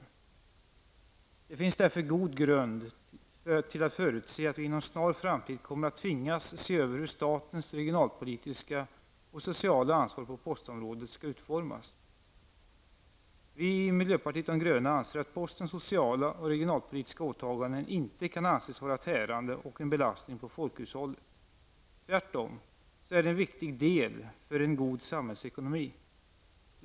Det finns därför god grund till att förutse att vi inom en snar framtid kommer att tvingas se över hur statens regionalpolitiska och sociala ansvar på postområdet skall utformas. Vi i miljöpartiet de gröna anser att postens sociala och regionalpolitiska åtaganden inte kan anses vara tärande på och en belastning för folkhushållet. De är tvärtom viktiga för en god samhällsekonomi.